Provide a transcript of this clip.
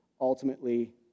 ultimately